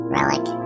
Relic